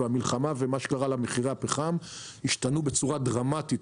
מחירי הפחם השתנו בצורה דרמטית,